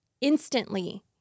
instantly